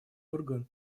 орган